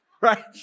Right